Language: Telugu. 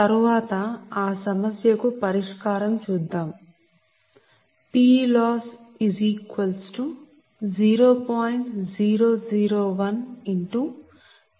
తరువాత ఆ సమస్య కు పరిష్కారం చూద్దాము